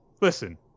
listen